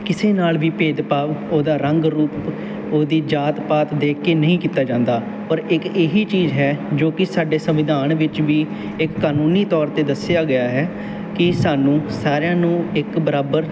ਕਿਸੇ ਨਾਲ ਵੀ ਭੇਦਭਾਵ ਉਹਦਾ ਰੰਗ ਰੂਪ ਉਹਦੀ ਜਾਤ ਪਾਤ ਦੇਖ ਕੇ ਨਹੀਂ ਕੀਤਾ ਜਾਂਦਾ ਪਰ ਇੱਕ ਇਹ ਹੀ ਚੀਜ਼ ਹੈ ਜੋ ਕਿ ਸਾਡੇ ਸੰਵਿਧਾਨ ਵਿੱਚ ਵੀ ਇੱਕ ਕਾਨੂੰਨੀ ਤੌਰ 'ਤੇ ਦੱਸਿਆ ਗਿਆ ਹੈ ਕਿ ਸਾਨੂੰ ਸਾਰਿਆਂ ਨੂੰ ਇੱਕ ਬਰਾਬਰ